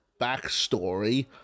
backstory